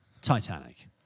Titanic